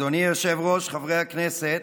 אדוני היושב-ראש, חברי הכנסת,